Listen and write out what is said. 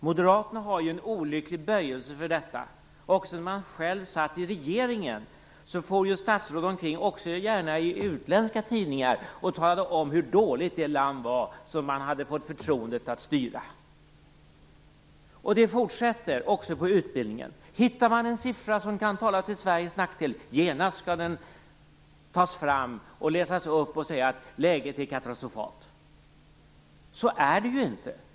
Moderaterna har ju en olycklig böjelse för detta. Också när de själva satt i regeringen uttalade sig statsråd, gärna även i utländska tidningar, om hur dåligt det land var som de hade fått förtroendet att styra. Det fortsätter också när det gäller utbildningen. Om de hittar en siffra som kan tala till Sveriges nackdel skall den genast tas fram och läsas upp, och de säger att läget är katastrofalt. Så är det ju inte.